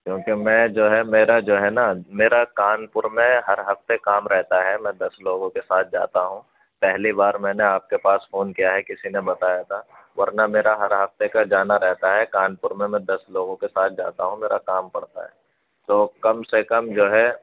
کیونکہ میں جو ہے میرا جو ہے نا میرا کانپور میں ہر ہفتے کام رہتا ہے میں دس لوگوں کے ساتھ جاتا ہوں پہلی بار میں نے آپ کے پاس فون کیا ہے کسی نے بتایا تھا ورنہ میرا ہر ہفتے کا جانا رہتا ہے کانپور میں میں دس لوگوں کے ساتھ جاتا ہوں میرا کام پڑتا ہے تو کم سے کم جو ہے